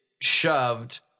shoved